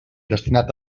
destinat